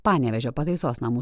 panevėžio pataisos namų